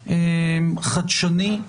חדשני,